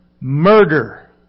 Murder